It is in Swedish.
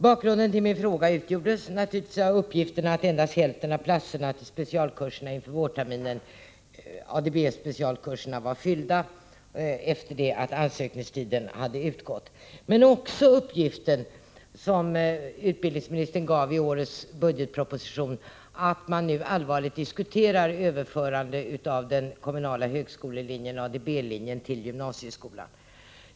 Bakgrunden till min fråga utgjordes naturligtvis av uppgifterna att endast hälften av specialkurserna i ADB inför vårterminen var fyllda efter det att ansökningstiden gått ut, men också av den uppgift som utbildningsministern lämnade i årets budgetproposition, att man nu allvarligt diskuterar överförande av den kommunala högskolelinjen, ADB-linjen, till gymnasieskolan.